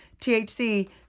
THC